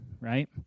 right